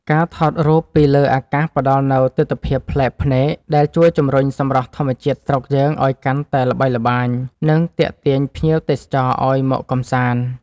ការថតរូបពីលើអាកាសផ្តល់នូវទិដ្ឋភាពប្លែកភ្នែកដែលជួយជំរុញសម្រស់ធម្មជាតិស្រុកយើងឱ្យកាន់តែល្បីល្បាញ និង ទាក់ទាញភ្ញៀវទេសចរឱ្យមកកម្សាន្ត។